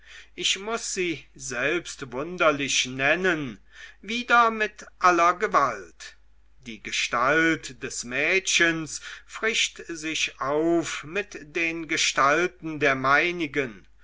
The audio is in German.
ich muß sie selbst wunderlich nennen wieder mit aller gewalt die gestalt des mädchens frischt sich auf mit den gestalten der meinigen